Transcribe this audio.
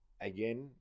again